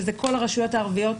שזה כל הרשויות הערביות.